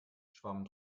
schwamm